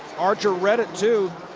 archer read it, too.